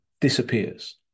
disappears